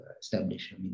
establish